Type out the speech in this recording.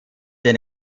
den